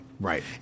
Right